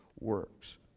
works